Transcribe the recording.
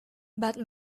but